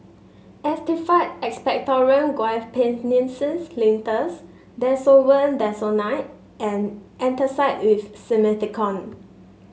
Actified Expectorant Guaiphenesin Linctus Desowen Desonide and Antacid with Simethicone